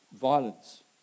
violence